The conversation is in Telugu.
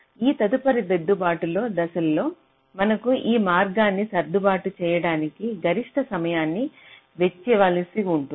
ఈ తదుపరి దిద్దుబాటు దశలలో మనకు ఈ మార్గాన్ని సర్దుబాటు చేయడానికి గరిష్ట సమయాన్ని వెచ్చించవలసి ఉంటుంది